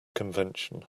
convention